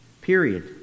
Period